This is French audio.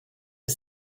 est